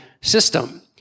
system